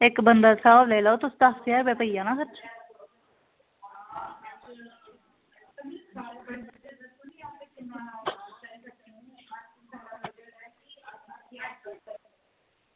इक्क बंदे दा स्हाब लाई लैओ तुस दस्स ज्हार पेई जाना